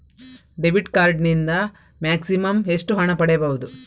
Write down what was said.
Debit card ನಿಂದ maximum ಎಷ್ಟು ಹಣ ಪಡೆಯಬಹುದು?